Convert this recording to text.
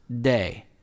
day